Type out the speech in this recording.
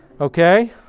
okay